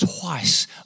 twice